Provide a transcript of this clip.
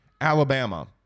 Alabama